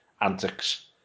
antics